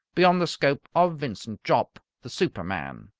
beyond the scope of vincent jopp, the superman.